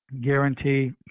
guarantee